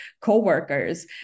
coworkers